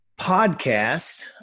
podcast